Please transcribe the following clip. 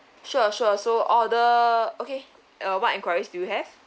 sure sure so order okay uh what inquiries do you have